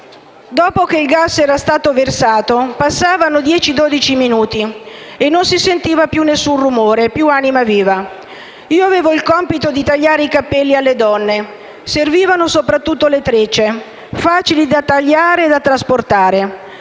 «Dopo che il gas era stato versato, passavano dieci o dodici minuti e non si sentiva più un rumore, più anima viva. (...) Io avevo il compito di tagliare i capelli alle donne. (...) Servivano soprattutto le trecce, facili da tagliare e da trasportare.